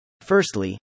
Firstly